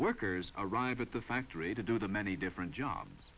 workers arrive at the factory to do the many different job